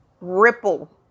ripple